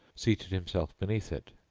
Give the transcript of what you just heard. seated himself beneath it.